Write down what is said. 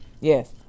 Yes